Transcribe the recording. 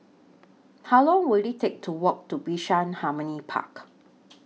How Long Will IT Take to Walk to Bishan Harmony Park